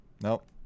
Nope